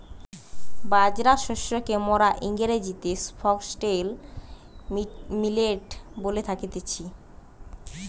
বাজরা শস্যকে মোরা ইংরেজিতে ফক্সটেল মিলেট বলে থাকতেছি